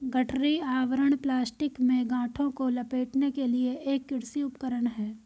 गठरी आवरण प्लास्टिक में गांठों को लपेटने के लिए एक कृषि उपकरण है